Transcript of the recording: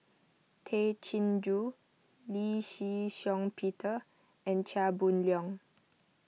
Tay Chin Joo Lee Shih Shiong Peter and Chia Boon Leong